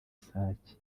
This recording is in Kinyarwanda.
sake